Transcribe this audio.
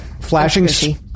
Flashing